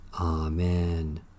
Amen